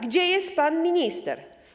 Gdzie jest pan minister?